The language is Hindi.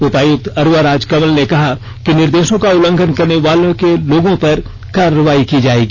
उपायुक्त अरवा राजकमल ने कहा कि निर्देशों का उल्लंघन करने वाले लोगों पर कार्रवाई की जाएगी